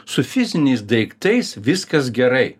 su fiziniais daiktais viskas gerai